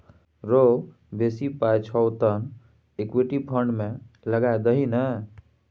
रौ बेसी पाय छौ तँ इक्विटी फंड मे लगा दही ने